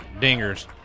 dingers